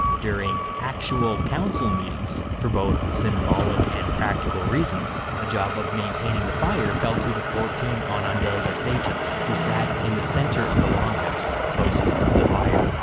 during actual council meetings, for both symbolic and practical reasons, the job of maintaining the fire fell to the fourteen onondaga sachems, who sat in the centre of the longhouse, closest to the fire.